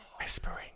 Whispering